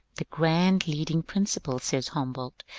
the grand, leading principle, says humboldt,